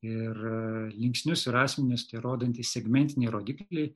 ir linksnius ir asmenis tie rodantys segmentiniai rodikliai